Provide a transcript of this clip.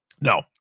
No